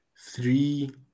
Three